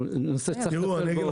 הנושא צריך להיות מטופל.